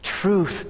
Truth